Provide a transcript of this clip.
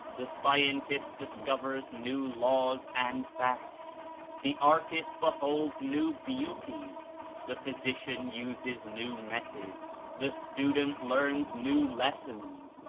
the scientist discovers new laws and facts the artist beholds new beauties the physician uses new methods the student learns new lessons,